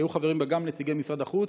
היו חברים בה גם נציגי משרד החוץ.